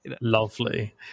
lovely